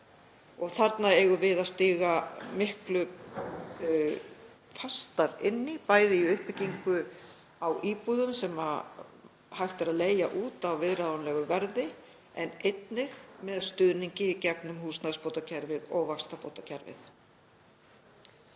og þarna eigum við að stíga miklu fastar inn í, bæði í uppbyggingu á íbúðum sem hægt er að leigja út á viðráðanlegu verði en einnig með stuðningi í gegnum húsnæðisbóta- og vaxtabótakerfið.